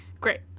Great